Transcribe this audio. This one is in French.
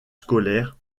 scolaires